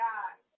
God